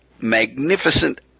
magnificent